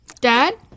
Dad